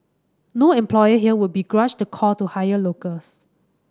no employer here would begrudge the call to hire locals